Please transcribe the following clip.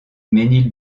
mesnil